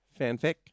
fanfic